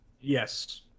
Yes